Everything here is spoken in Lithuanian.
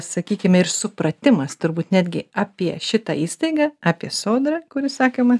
sakykime ir supratimas turbūt netgi apie šitą įstaigą apie sodrą kuri sakėme